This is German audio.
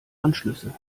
anschlüsse